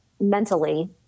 mentally